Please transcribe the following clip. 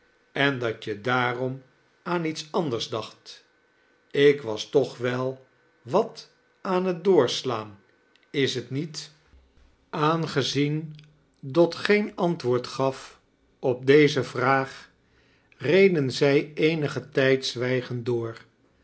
en dat je daarom aan iets anders daeht ik was toch wel wat aan het doorslaan is t niet aangezien dot geen antwoord gaf op deze vraag reden zij eenigen tijd zwijgend door